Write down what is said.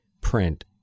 print